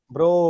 Bro